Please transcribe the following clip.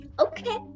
Okay